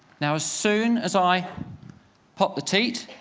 now as soon as i pop the teat,